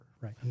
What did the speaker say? right